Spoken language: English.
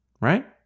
right